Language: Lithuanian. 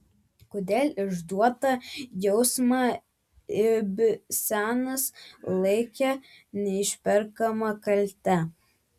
kodėl išduotą jausmą ibsenas laikė neišperkama kalte